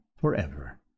forever